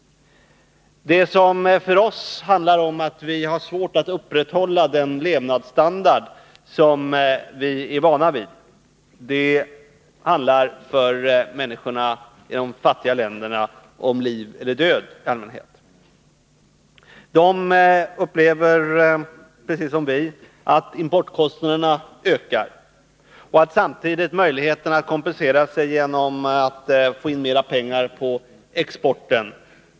När det för oss handlar om att upprätthålla den levnadsstandard som vi är vana vid, handlar det för människorna i de fattiga länderna i allmänhet om liv eller död. De upplever precis som vi att importkostnaderna ökar och att samtidigt möjligheterna är små att kompensera sig genom att få in mer pengar på exporten.